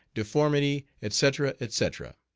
deformity, etc, etc.